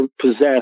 possess